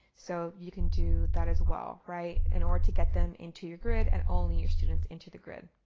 so you can do that as well. right, in order to get them into your grid and only your students into the grid.